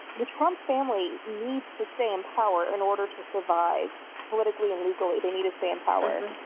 the trump family needs to stay in power in order to survive politically and legally. they need to stay in power.